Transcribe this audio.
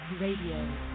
Radio